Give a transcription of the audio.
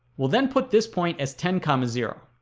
we'll then put this point as ten comma zero